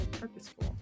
purposeful